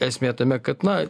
esmė tame kad na